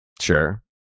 Sure